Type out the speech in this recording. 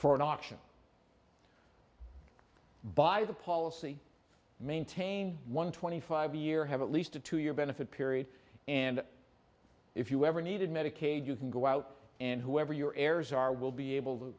adoption by the policy maintain one twenty five year have at least a two year benefit period and if you ever needed medicaid you can go out and whoever your heirs are will be able to